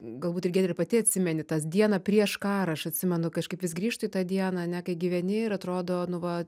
galbūt ir giedre pati atsimeni tas dieną prieš karą aš atsimenu kažkaip vis grįžtu į tą dieną ane kaip gyveni ir atrodo nu va